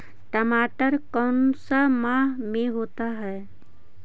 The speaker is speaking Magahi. टमाटर कौन सा माह में होता है?